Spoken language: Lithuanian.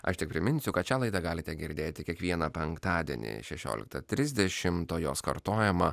aš tik priminsiu kad šią laidą galite girdėti kiekvieną penktadienį šešioliktą trisdešimt o jos kartojimą